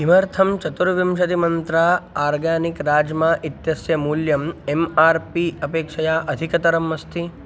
किमर्थं चतुर्विंशतिमन्त्रा आर्गानिक् राज्मा इत्यस्य मूल्यम् एम् आर् पी अपेक्षया अधिकतरम् अस्ति